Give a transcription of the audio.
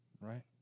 right